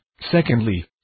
secondly